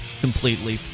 completely